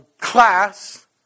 class